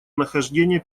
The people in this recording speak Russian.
нахождения